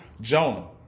Jonah